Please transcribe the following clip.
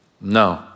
No